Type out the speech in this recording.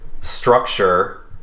structure